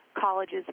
colleges